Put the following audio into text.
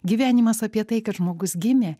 gyvenimas apie tai kad žmogus gimė